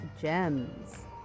Gems